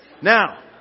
Now